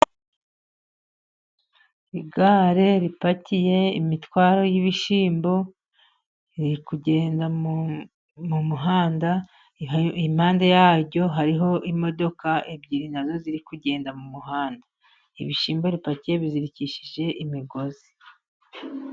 Igare ripakiye imitwaro y'ibishyimbo, riri kugenda mu muhanda, impande yaryo hariho imodoka ebyiri na zo ziri kugenda mu muhanda, ibishyimbo ripakiye bizirikishije imigozi.